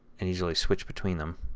and easily switch between them.